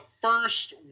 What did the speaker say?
first